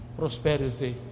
prosperity